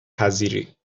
پذیری